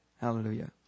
Hallelujah